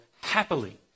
happily